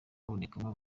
habonekamo